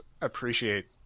appreciate